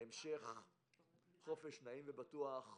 המשך חופש נעים ובטוח.